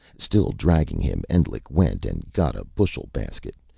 still dragging him, endlich went and got a bushel basket.